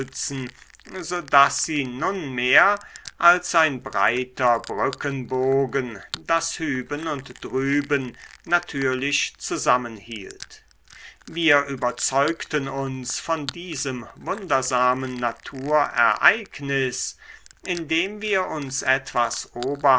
daß sie nunmehr als ein breiter brückenbogen das hüben und drüben natürlich zusammenhielt wir überzeugten uns von diesem wundersamen naturereignis indem wir uns etwas